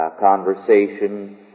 conversation